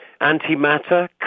Antimatter